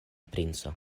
princo